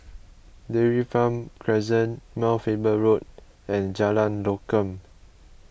Dairy Farm Crescent Mount Faber Road and Jalan Lokam